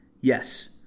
Yes